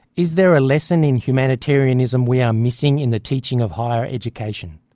is there a lesson in humanitarianism we are missing in the teaching of higher education?